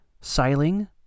sailing